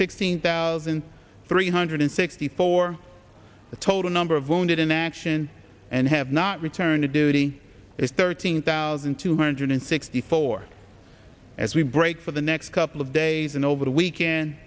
sixteen thousand three hundred sixty four the total number of wounded in action and have not returned to duty is thirteen thousand two hundred sixty four as we break for the next couple of days and over the weekend